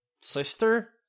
sister